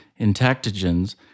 intactogens